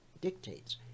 dictates